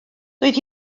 doedd